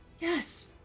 Yes